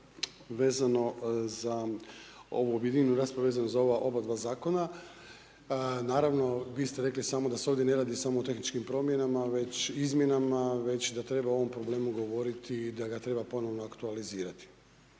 za ova oba dva zakona. Naravno vi ste rekli samo da se ovdje ne radi samo o tehničkim promjenama, već izmjenama, već da treba o ovom problemu govoriti, da ga treba ponovno aktualizirati.